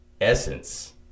essence